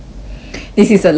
this is a lie